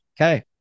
okay